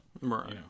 Right